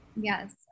Yes